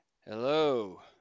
Hello